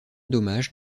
dommage